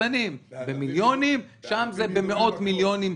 הקטנים במיליונים והגדולים זה במאות-מיליונים,